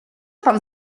pan